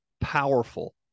powerful